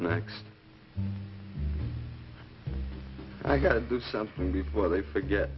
next i gotta do something before they forget